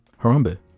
Harambe